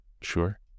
Sure